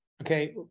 Okay